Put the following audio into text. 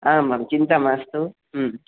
आम् आं चिन्ता मास्तु ह्म्